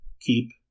keep